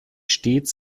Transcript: stets